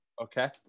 Okay